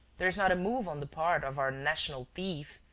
there is not a move on the part of our national thief,